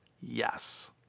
Yes